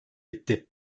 etti